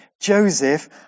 Joseph